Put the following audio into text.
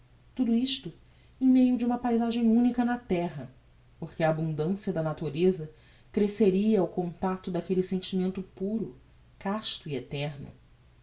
tudo isto em meio de uma paisagem unica na terra porque a abundancia da natureza cresceria ao contacto daquelle sentimento puro casto e eterno